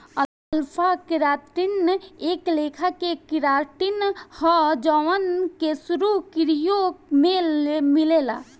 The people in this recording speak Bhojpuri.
अल्फा केराटिन एक लेखा के केराटिन ह जवन कशेरुकियों में मिलेला